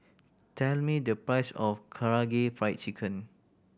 tell me the price of Karaage Fried Chicken